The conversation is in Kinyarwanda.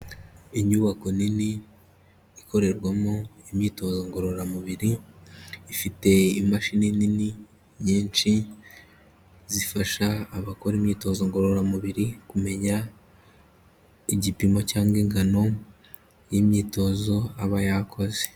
Inyubako nini ikorerwamo imyitozo ngororamubiri, ifite imashini nini nyinshi zifasha abakora imyitozo ngororamubiri kumenya igipimo cyangwa ingano y'imyitozo aba yakoze.